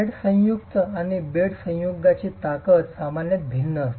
head संयुक्त आणि bed संयुक्तची ताकद सामान्यत भिन्न असते